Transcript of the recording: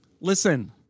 Listen